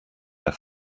mehr